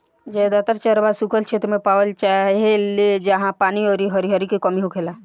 जादातर चरवाह सुखल क्षेत्र मे पावल जाले जाहा पानी अउरी हरिहरी के कमी होखेला